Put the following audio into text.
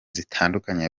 zitandukanye